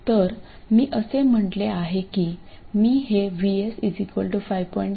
तर मी असे म्हटले आहे की मी हे VS 5